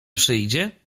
przyjdzie